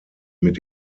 mit